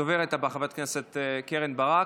הדוברת הבאה, חברת הכנסת קרן ברק,